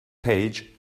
page